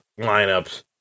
lineups